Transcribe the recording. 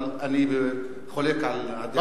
אבל אני חולק על דעה זו.